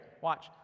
Watch